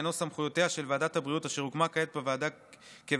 עניינו סמכויותיה של ועדת הבריאות אשר הוקמה כעת כוועדה קבועה.